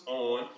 on